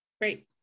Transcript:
Great